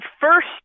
first